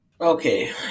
Okay